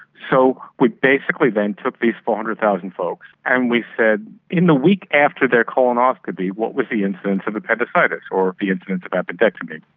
so we basically then took these four hundred thousand folks and we said in the week after their colonoscopy what was the incidence of appendicitis or the incidence of appendectomy.